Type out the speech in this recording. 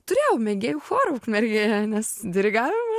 turėjau mėgėjų chorų ukmergėje nes dirigavimo